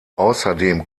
außerdem